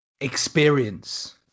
experience